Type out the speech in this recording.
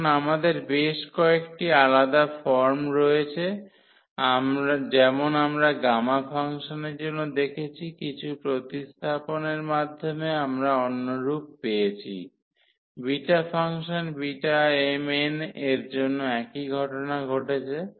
এখন আমাদের বেশ কয়েকটি আলাদা ফর্ম রয়েছে যেমন আমরা গামা ফাংশনের জন্য দেখেছি কিছু প্রতিস্থাপনের মাধ্যমে আমরা অন্য রূপ পেয়েছি বিটা ফাংশন Bmn এর জন্য একই ঘটনা ঘটেছে